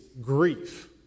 grief